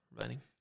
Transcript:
Running